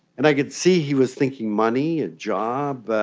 and i could see he was thinking money, a job.